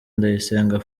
ndayisenga